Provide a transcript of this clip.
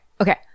okay